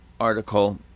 article